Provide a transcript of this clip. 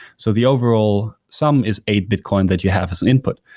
so the overall sum is eight bitcoin that you have as an input.